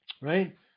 right